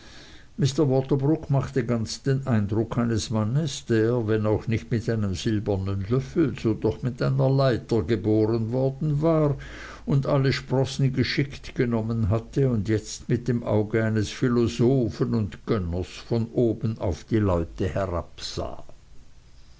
mr waterbroock machte ganz den eindruck eines mannes der wenn auch nicht mit einem silbernen löffel so doch mit einer leiter geboren worden war und alle sprossen geschickt genommen hatte und jetzt mit dem auge eines philosophen und gönners von oben auf die leute herabsah